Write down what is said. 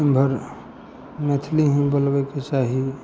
ओमहर मैथिली ही बोलैके चाही